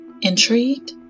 Intrigued